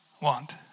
want